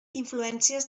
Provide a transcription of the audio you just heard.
influències